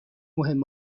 مهم